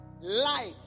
Light